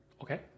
Okay